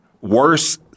worse